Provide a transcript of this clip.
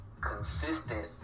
consistent